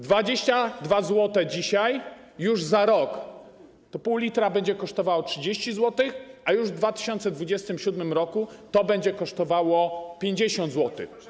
22 zł dzisiaj - już za rok to pół litra będzie kosztowało 30 zł, a już w 2027 r. to będzie kosztowało 50 zł.